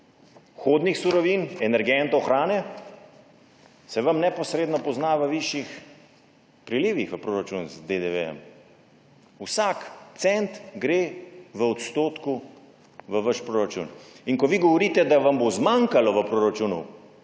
vhodnih surovin, energentov, hrane se vam neposredno pozna v višjih prilivih v proračun z DDV. Vsak cent gre v odstotku v vaš proračun. In ko vi govorite, da vam bo zmanjkalo v proračunu,